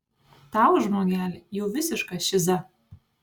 tau žmogeli jau visiška šiza